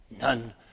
None